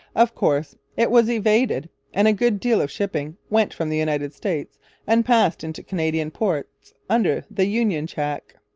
of course it was evaded and a good deal of shipping went from the united states and passed into canadian ports under the union jack.